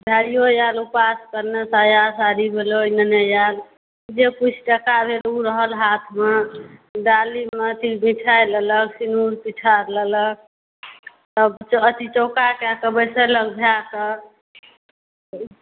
भाइओ आयल उपास करने साया साड़ी ब्लॉउज लेने आयल जे किछु टका भेल ओ रहल हाथमे डालीमे मिठाइ लेलक सिन्दुर पिठार लेलक चौका कएकऽ बैसेलक भाईके